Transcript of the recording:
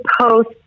post